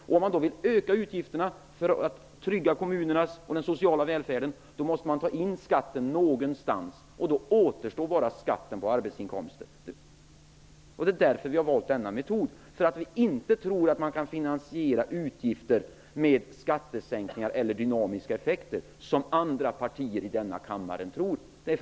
Om man vill öka utgifterna för att trygga kommunerna och den sociala välfärden, måste man ta in skatt någonstans. Då återstår bara skatten på arbetsinkomster. Därför har vi valt denna metod. Vi tror inte att man kan finansiera utgifter med skattesänkningar eller dynamiska effekter, vilket andra partier i denna kammare tror.